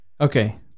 Okay